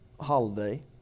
holiday